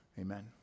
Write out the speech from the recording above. Amen